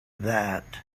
that